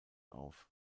auf